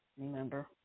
remember